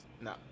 No